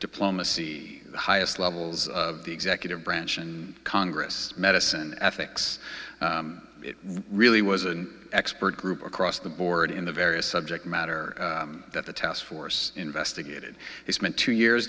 diplomacy the highest levels of the executive branch and congress medicine ethics it really was an expert group across the board in the various subject matter that the task force investigated he spent two years